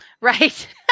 Right